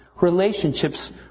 relationships